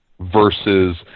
versus